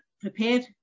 prepared